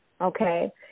Okay